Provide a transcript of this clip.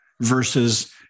Versus